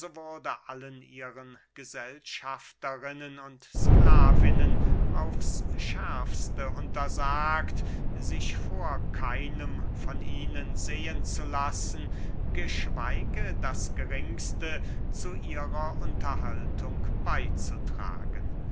allen ihren gesellschafterinnen und sklavinnen aufs schärfste untersagt sich vor keinem von ihnen sehen zu lassen geschweige das geringste zu ihrer unterhaltung beyzutragen